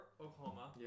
Oklahoma